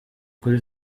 kuri